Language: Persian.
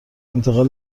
اتفاق